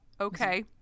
Okay